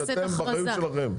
שאתם, באחריות שלכם.